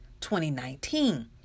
2019